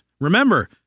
Remember